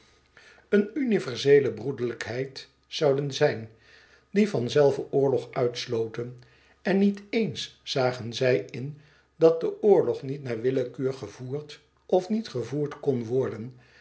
een universeele broederlijkheid zouden zijn die van zelve oorlog uitsloten en niet éens zagen zij in dat de oorlog niet naar willekeur gevoerd of niet gevoerd kon worden